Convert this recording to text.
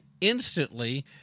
instantly